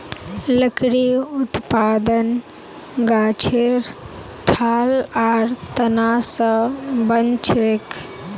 लकड़ी उत्पादन गाछेर ठाल आर तना स बनछेक